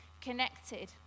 connected